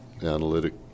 analytic